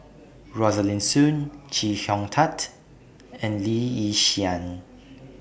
Rosaline Soon Chee Hong Tat and Lee Yi Shyan